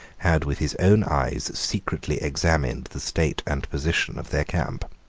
had with his own eyes secretly examined the state and position of their camp.